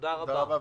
תודה רבה,